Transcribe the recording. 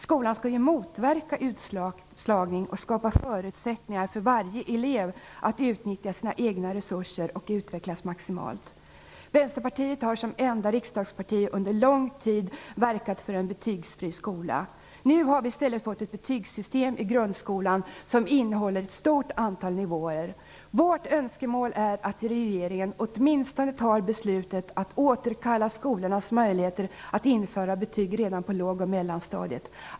Skolan skall ju motverka utslagning och skapa förutsättningar för varje elev att utnyttja sina egna resurser och utvecklas maximalt. Vänsterpartiet har som enda riksdagsparti under en lång tid verkat för en betygsfri skola. Nu har vi i stället fått ett betygssystem i grundskolan som innehåller ett stort antal nivåer. Vårt önskemål är att regeringen åtminstone tar beslutet att återkalla skolornas möjligheter att införa betyg redan på lågoch mellanstadiet.